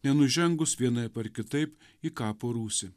nenužengus vienaip ar kitaip į kapo rūsį